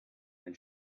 then